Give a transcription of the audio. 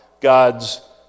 God's